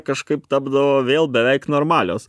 kažkaip tapdavo vėl beveik normalios